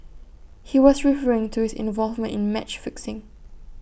he was referring to his involvement in match fixing